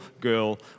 girl